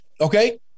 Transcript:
Okay